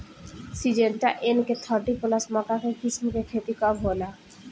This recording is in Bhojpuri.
सिंजेंटा एन.के थर्टी प्लस मक्का के किस्म के खेती कब होला?